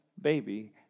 baby